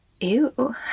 Ew